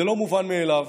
זה לא מובן מאליו.